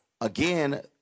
again